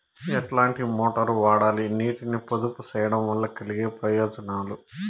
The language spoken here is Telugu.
ఎట్లాంటి మోటారు వాడాలి, నీటిని పొదుపు సేయడం వల్ల కలిగే ప్రయోజనాలు?